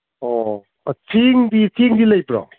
ꯑꯣ ꯆꯦꯡꯗꯤ ꯆꯦꯡꯗꯤ ꯂꯩꯇ꯭ꯔꯣ